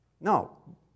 no